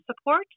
support